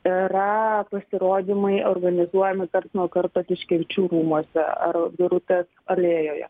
yra pasirodymai organizuojami karts nuo karto tiškevičių rūmuose ar birutės alėjoje